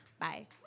Bye